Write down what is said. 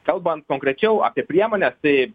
kalbant konkrečiau apie priemonę tai